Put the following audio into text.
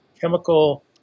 chemical